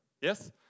Yes